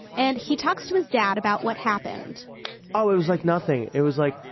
and he talks to his dad about what happened oh, it was like nothing it was like,